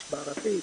בערבית,